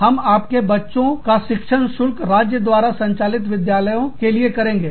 हम आपके बच्चों का शिक्षण शुल्क राज्य द्वारा संचालित विद्यालयों के लिए करेंगे